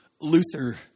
Luther